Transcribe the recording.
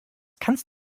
kannst